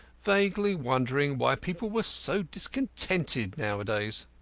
vaguely wondering why people were so discontented nowadays.